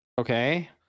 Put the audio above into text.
Okay